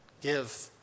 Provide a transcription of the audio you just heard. give